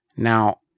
Now